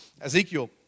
Ezekiel